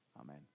Amen